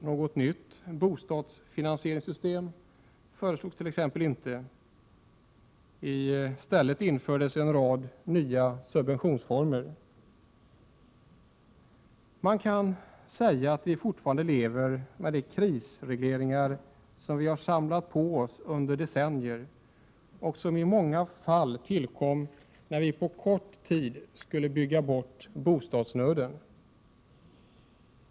Något nytt bostadsfinansieringssystem föreslogs t.ex. inte. I stället infördes en rad nya subventionsformer. Man kan säga att vi fortfarande lever med de kristidsregleringar som vi har samlat på oss under decennier och som i många fall tillkom när vi på kort tid skulle bygga bort bostadsnöden.